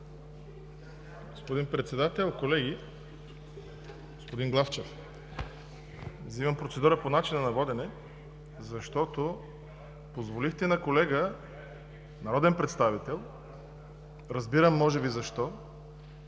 Господин Председател, колеги! Господин Главчев, вземам процедура по начина на водене, защото позволихте на колега народен представител – разбирам може би защо,